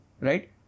Right